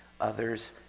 others